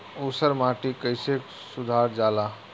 ऊसर माटी कईसे सुधार जाला?